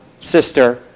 sister